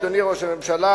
אדוני ראש הממשלה,